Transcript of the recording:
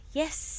yes